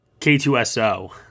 k2so